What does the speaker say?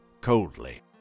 coldly